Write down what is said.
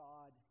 God